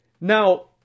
now